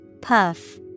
Puff